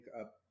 up